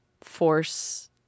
force